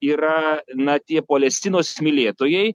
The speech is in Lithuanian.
yra na tie polestinos mylėtojai